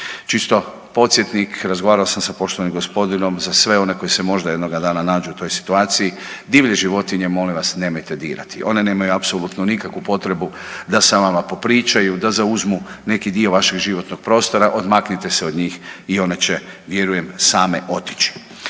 Čisto podsjetnik, razgovaramo sam s poštovanim gospodinom, za sve one koji se možda jednoga dana nađu u toj situaciji, divlje životinje nemojte molim vas dirati, one nemaju apsolutno nikakvu potrebu da sa vama popričaju, da zauzmu neki dio vašeg životnog prostora, odmaknite se od njih i one će vjerujem same otići.